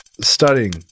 Studying